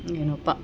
ಏನೋಪ್ಪ